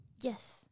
Yes